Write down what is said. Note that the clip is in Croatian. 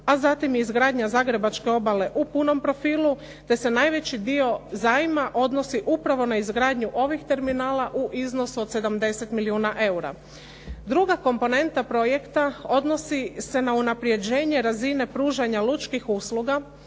a zatim i izgradnja Zagrebačke obale u punom profilu te se najveći dio zajma odnosi upravo na izgradnju ovih terminala u iznosu od 70 milijuna eura. Druga komponenta projekta odnosi se na unaprjeđenje razine pružanja lučkih usluga